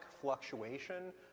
fluctuation